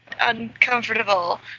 uncomfortable